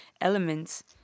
elements